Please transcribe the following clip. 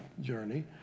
journey